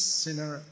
sinner